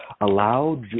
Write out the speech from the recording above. allow